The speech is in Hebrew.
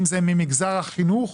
אם זה ממגזר החינוך,